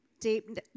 deep